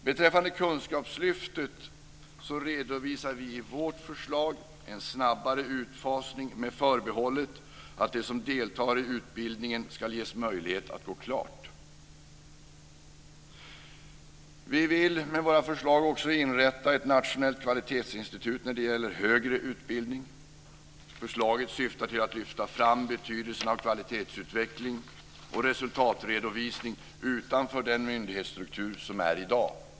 Beträffande Kunskapslyftet redovisar vi i vårt förslag en snabbare utfasning, med förbehållet att de som deltar i utbildningen ska ges möjlighet att gå klart. Vi vill med våra förslag också inrätta ett nationellt kvalitetsinstitut när det gäller högre utbildning. Förslaget syftar till att lyfta fram betydelsen av kvalitetsutveckling och resultatredovisning utanför den myndighetsstruktur som är i dag.